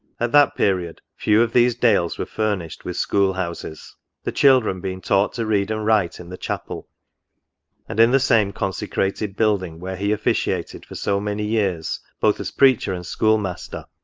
at that period few of these dales were furnished with school houses the children being taught to read and write in the chapel and in the same consecrated building, where he officiated for so many years both as preacher and school master,